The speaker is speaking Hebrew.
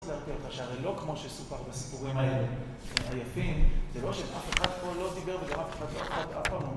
...לא כמו שסופר בסיפורים האלה, היפים, זה לא שלאף אחד פה לא דיבר וגם אף אחד, אף פעם לא